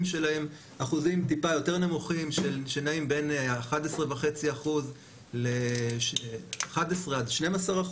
שלהם אחוזים טיפה יותר נמוכים שנעים בין 11.5% ל-11% עד 12%,